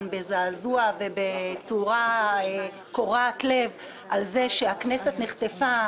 בזעזוע ובצורה קורעת לב על זה שהכנסת נחטפה,